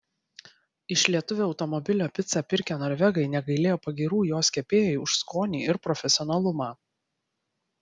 iš lietuvio automobilio picą pirkę norvegai negailėjo pagyrų jos kepėjui už skonį ir profesionalumą